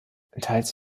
teils